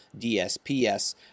DSPS